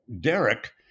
Derek